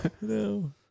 No